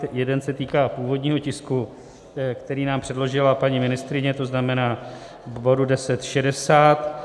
Jeden se týká původního tisku, který nám předložila paní ministryně, to znamená k bodu 1060.